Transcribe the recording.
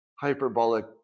hyperbolic